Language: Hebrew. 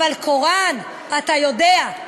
אבל קוראן אתה יודע.